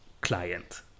client